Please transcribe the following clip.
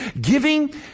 Giving